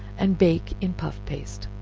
and bake in puff paste.